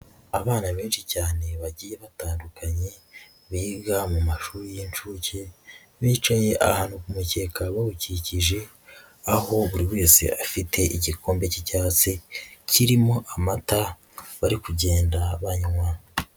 Abana benshi cyane bagiye batandukanye biga mu mashuri y'incuke, bicaye ahantu ku mukeka bawukikije, aho buri wese afite igikombe k'icyatsi kirimo amata bari kugenda banywa.